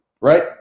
right